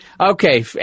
okay